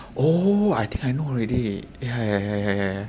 oh I think I know already yeah yeah yeah yeah yeah